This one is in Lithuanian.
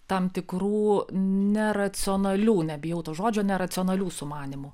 tam tikrų neracionalių nebijau to žodžio neracionalių sumanymų